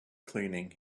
cleaning